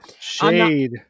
Shade